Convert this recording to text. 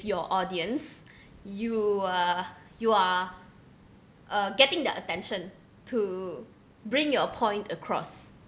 your audience you are you are uh getting the attention to bring your point across